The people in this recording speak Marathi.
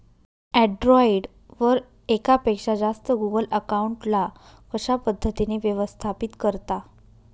अँड्रॉइड वर एकापेक्षा जास्त गुगल अकाउंट ला कशा पद्धतीने व्यवस्थापित करता?